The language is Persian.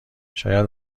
شاید